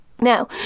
Now